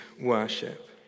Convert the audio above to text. worship